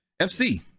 FC